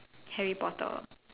Harry potter